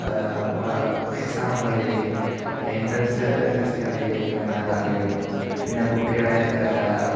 എക്സാമുകളിലേക്കും entrance ടെസ്റ്റുകളിലേക്കുമെല്ലാം തള്ളിവിടുന്നു പിന്നെ കുട്ടികളെ